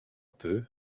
peu